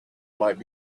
might